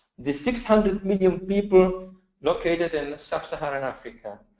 these six hundred million people located in sub-saharan africa